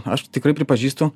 aš tikrai pripažįstu